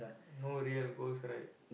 no real ghost right